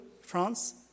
France